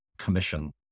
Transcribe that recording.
commission